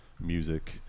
music